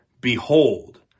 Behold